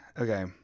Okay